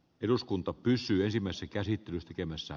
eduskunta pysyy ensimmäisen käsittelyn tekemässä